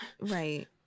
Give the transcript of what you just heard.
Right